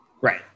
Right